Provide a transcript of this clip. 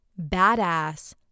badass